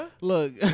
Look